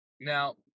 now